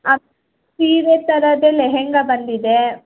ಹಾಂ ಸೀರೆ ಥರದ ಲೆಹೆಂಗಾ ಬಂದಿದೆ